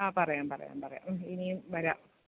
ആ പറയാം പറയാം പറയാം ഇനിയും വരാം